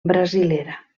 brasilera